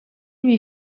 lui